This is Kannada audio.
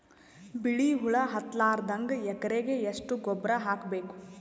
ಬಿಳಿ ಹುಳ ಹತ್ತಲಾರದಂಗ ಎಕರೆಗೆ ಎಷ್ಟು ಗೊಬ್ಬರ ಹಾಕ್ ಬೇಕು?